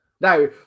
Now